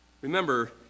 remember